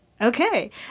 Okay